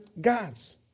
gods